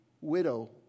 widow